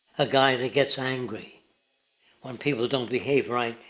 a guy that get's angry when people don't behave right.